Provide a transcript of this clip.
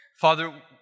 Father